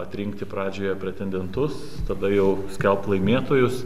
atrinkti pradžioje pretendentus tada jau skelbt laimėtojus